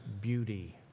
beauty